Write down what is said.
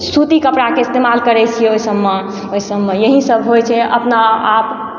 सुती कपड़ाके इस्तेमाल करै छियै ओहि सभमे ओहि सभमे यही सभ होइ छै अपना आप